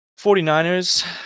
49ers